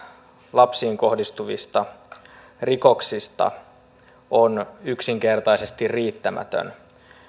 lapsiin kohdistuvista rikoksista on yksinkertaisesti riittämätön